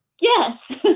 yes!